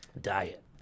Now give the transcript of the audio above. Diet